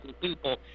people